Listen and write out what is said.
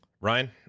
Ryan